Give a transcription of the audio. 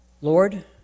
Lord